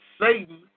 Satan